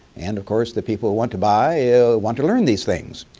and of course the people who want to buy want to learn these things.